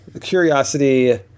Curiosity